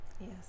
Yes